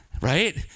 right